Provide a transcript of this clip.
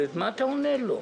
מה אתה עונה לו?